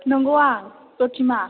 नोंगौ आं जथिमा